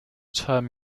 term